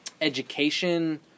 education